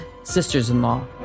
SistersInLaw